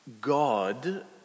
God